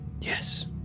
Yes